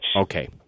Okay